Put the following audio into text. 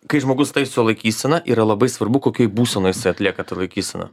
kai žmogus taiso laikyseną yra labai svarbu kokioj būsenoj jisai atlieka tą laikyseną